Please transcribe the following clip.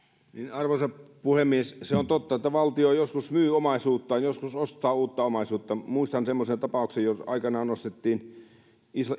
arvoisa puhemies se on totta että valtio joskus myy omaisuuttaan joskus ostaa uutta omaisuutta muistan semmoisen tapauksen jossa aikanaan ostettiin